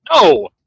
No